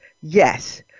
Yes